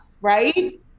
Right